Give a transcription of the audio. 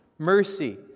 Mercy